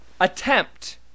attempt